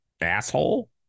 asshole